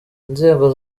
inzego